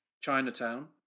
Chinatown